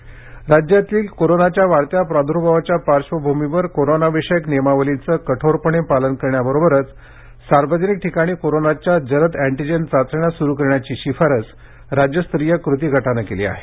चाचण्या राज्यातील कोरोनाच्या वाढत्या प्राद्भावाच्या पार्श्वभूमीवर कोरोनाविषयक नियमावलीच कठोरपणे पालन करण्याबरोबरच सार्वजनिक ठिकाणी कोरोनाच्या जलद अँटीजेन चाचण्या सुरु करण्याची शिफारस राज्यस्तरीय कृती गटानं केली आहे